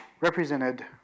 represented